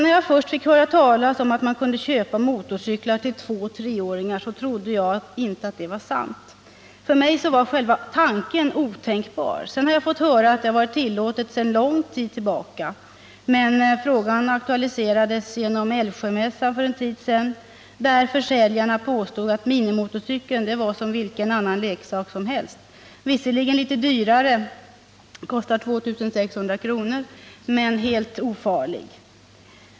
När jag först fick höra talas om att man kunde köpa motorcyklar till två-treåringar trodde jag inte att det var sant. För mig var själva tanken omöjlig. Därefter har jag fått höra att det varit tillåtet sedan lång tid tillbaka, men frågan aktualiserades vid Älvsjömässan för en tid sedan, där försäljarna påstod att minimotorcykeln var som vilken annan leksak som helst, förvisso litet dyrare — 2 600 kr. — men helt ofarlig.